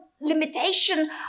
limitation